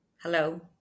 hello